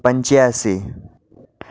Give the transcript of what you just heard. પંચ્યાશી